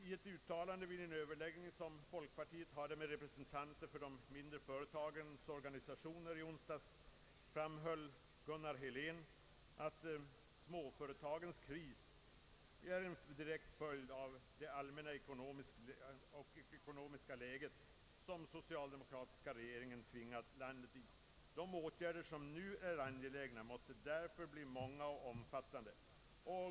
I ett uttalande vid en överläggning som folkpartiet hade med representanter för de mindre företagens organisationer i onsdags framhöll Gunnar Helén att småföretagens kris givetvis är en direkt följd av det allmänna ekonomiska läge som den socialdemokratiska regeringen tvingat landet i. De åtgärder som nu är angelägna måste därför bli både många och omfattande.